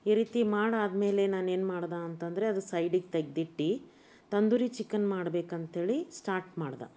ಈ ರೀತಿ ಮಾಡಾದ್ಮೇಲೆ ನಾನೇನ್ಮಾಡ್ದೆ ಅಂತ ಅಂದ್ರೆ ಅದು ಸೈಡಿಗೆ ತೆಗ್ದಿಟ್ಟು ತಂದೂರಿ ಚಿಕನ್ ಮಾಡಬೇಕಂಥೇಳಿ ಸ್ಟಾರ್ಟ್ ಮಾಡ್ದೆ